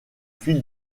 fil